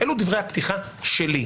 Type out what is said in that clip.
אלו דברי הפתיחה שלי.